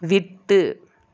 விட்டு